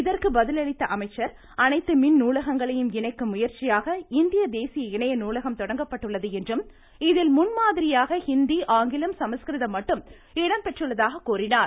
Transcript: இதற்கு பதிலளித்த அமைச்சர் அனைத்து மின் நூலகங்களையும் இணைக்கும் முயற்சியாக இந்திய தேசிய இணைய நூலகம் தொடங்கப்பட்டுள்ளது என்றும் இதில் முன்மாதிரியாக ஹிந்தி ஆங்கிலம் சமஸ்கிருதம் மட்டும் இடம்பெற்றுள்ளது என்றும் கூறினார்